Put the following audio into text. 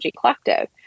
collective